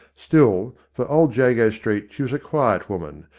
still, for old jago street she was a quiet woman,